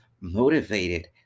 motivated